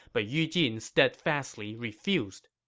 but yu jin steadfastly refused.